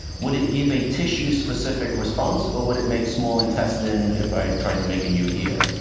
would it give a tissue-specific response, or would it make small intestine if i tried to make a new ear?